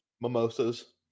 Mimosas